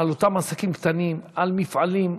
על אותם עסקים קטנים, על מפעלים,